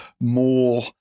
more